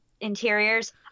interiors